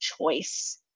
choice